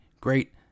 Great